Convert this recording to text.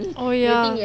oh ya